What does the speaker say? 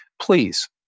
please